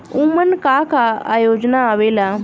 उमन का का योजना आवेला?